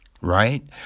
Right